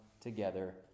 together